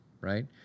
right